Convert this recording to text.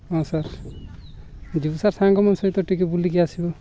ହଁ ସାର୍ ଯିବୁ ସାର୍ ସାଙ୍ଗମାନଙ୍କ ସହିତ ଟିକିଏ ବୁଲିକି ଆସିବୁ